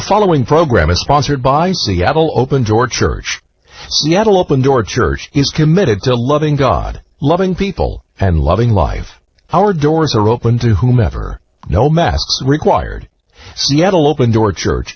following program is sponsored by seattle open door church yet open door church is committed to loving god loving people and loving life our doors are open to whomever no mass required seattle open door church